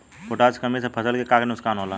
Potash के कमी से फसल के का नुकसान होला?